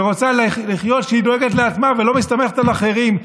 ורוצה לחיות כשהיא דואגת לעצמה ולא מסתמכת על אחרים,